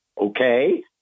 okay